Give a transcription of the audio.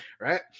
Right